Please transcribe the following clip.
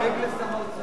לשר האוצר.